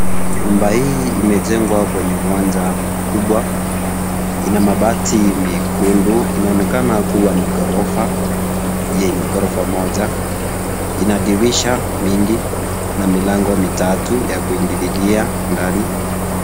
Nyumba hii imejengwa kwenye uwanja mkubwa. Ina mabati mekundu. Inaonekana kuwa ni ghorofa yenye ghorofa moja. Ina dirisha mingi na milango mitatu ya kuingililia ndani.